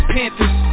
Panthers